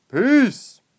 Peace